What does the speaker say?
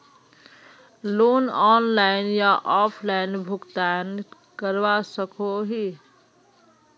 Loan online या offline भुगतान करवा सकोहो ही?